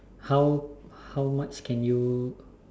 how how much can you